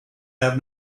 have